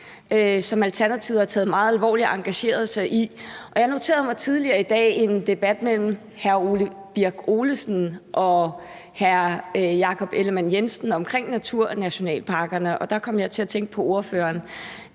som Alternativet har taget meget alvorligt og har engageret sig i. Jeg noterede mig tidligere i dag en debat mellem hr. Ole Birk Olesen og hr. Jakob Ellemann-Jensen om naturnationalparkerne, og der kom jeg til at tænke på ordføreren.